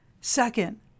Second